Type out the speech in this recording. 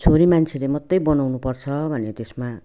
छोरी मान्छेले मात्रै बनाउनुपर्छ भन्ने त्यसमा